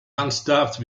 unstaffed